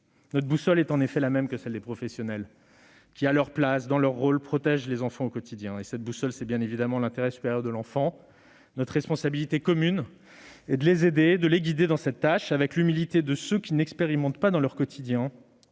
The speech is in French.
! Nous avons la même boussole que les professionnels, qui, à leur place, dans leur rôle, protègent les enfants au quotidien : cette boussole, c'est bien évidemment l'intérêt supérieur de l'enfant. Notre responsabilité commune est de les aider et de les guider dans cette tâche, avec l'humilité de ceux qui n'expérimentent pas dans leur quotidien,